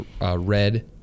Red